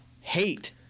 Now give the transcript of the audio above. hate